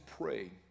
pray